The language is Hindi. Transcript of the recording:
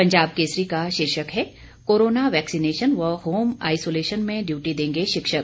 पंजाब केसरी का शीर्षक है कोरोना वैक्सीनेशन व होम आइसोलेशन में ड्यूटी देंगे शिक्षक